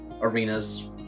arenas